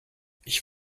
ich